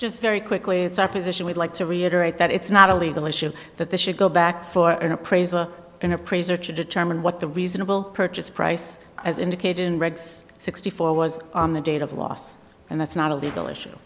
just very quickly it's our position we'd like to reiterate that it's not a legal issue that they should go back for an appraisal an appraiser to determine what the reasonable purchase price as indicated in regs sixty four was on the date of loss and that's not a legal issue